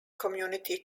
community